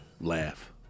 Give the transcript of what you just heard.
laugh